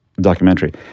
documentary